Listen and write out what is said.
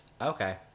okay